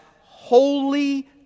holy